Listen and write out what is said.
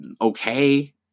okay